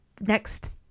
next